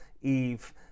Eve